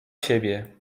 siebie